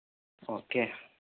okay